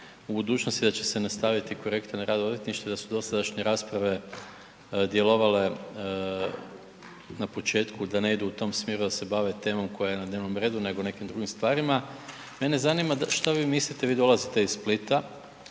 u budućnosti da će se nastaviti projekt na rad odvjetništva i da su dosadašnje rasprave djelovale na početku da ne idu u tom smjeru, da se bave temom koja je na dnevnom redu nego o nekim drugim stvarima. Mene zanima, šta vi mislite, vi dolazite iz Splita,